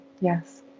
Yes